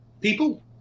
people